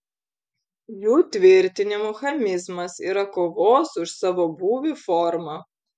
jų tvirtinimu chamizmas yra kovos už savo būvį forma